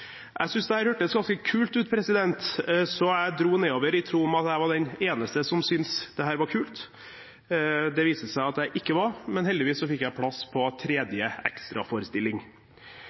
hørtes ganske kult ut, så jeg dro nedover i troen på at jeg var den eneste som syntes dette var kult. Det viste seg at jeg ikke var, men heldigvis fikk jeg plass på tredje ekstraforestilling!